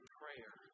prayer